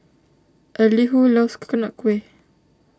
Elihu loves Coconut Kuih